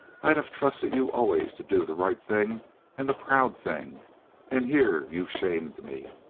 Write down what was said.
i'd have trusted you always to do the right thing and the proud thing and here you've shamed me!